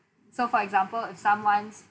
so for example if someone's